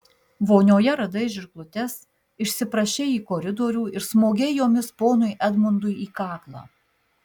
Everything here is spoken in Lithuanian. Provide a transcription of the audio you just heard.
vonioje radai žirklutes išsiprašei į koridorių ir smogei jomis ponui edmundui į kaklą